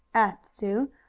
asked sue.